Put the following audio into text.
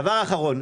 דבר אחרון.